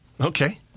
Okay